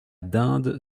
dinde